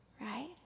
right